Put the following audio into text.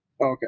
Okay